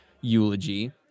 Eulogy